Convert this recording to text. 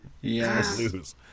Yes